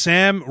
Sam